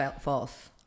false